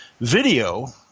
video –